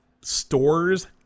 stores